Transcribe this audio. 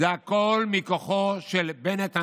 זה הכול מכוחו של בנט הנהג.